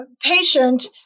patient